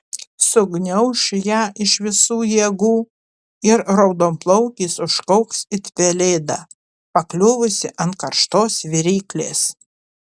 sugniauš ją iš visų jėgų ir raudonplaukis užkauks it pelėda pakliuvusi ant karštos viryklės